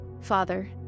Father